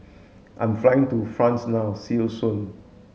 I'm flying to France now see you soon